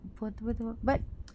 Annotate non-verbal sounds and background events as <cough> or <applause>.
portable table but <noise>